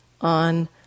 on